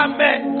Amen